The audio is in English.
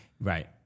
Right